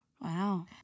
Wow